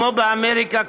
כמו באמריקה,